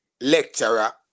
lecturer